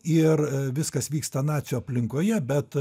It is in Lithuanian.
ir viskas vyksta nacių aplinkoje bet